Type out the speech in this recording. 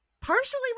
partially